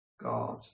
god